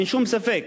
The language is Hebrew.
אין שום ספק,